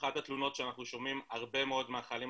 אחת התלונות שאנחנו שומעים הרבה מאוד מהחיילים